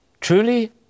Truly